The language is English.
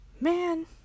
man